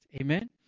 Amen